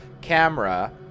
camera